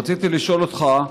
רציתי לשאול אותך,